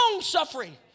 suffering